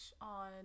on